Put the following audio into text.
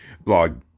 blog